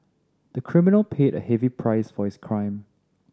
the criminal paid a heavy price for his crime